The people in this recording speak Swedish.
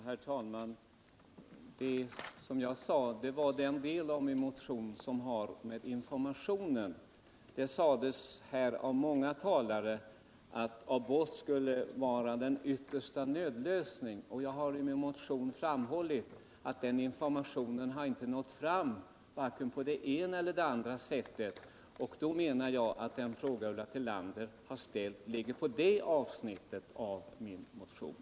Herr talman! Vad jag talade om gällde den del av min motion som har med informationen att göra. Det sades här av många talare att abort skulle vara en yttersta nödlösning, och jag har i min motion framhållit att den informationen inte har nått fram på vare sig det ena eller det andra sättet. Då menar jag att den fråga Ulla Tillander ställt ligger just på det avsnittet av min motion.